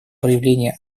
проявление